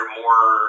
more